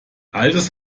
altes